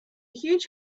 huge